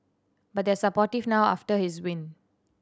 but they are supportive now after his win